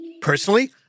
Personally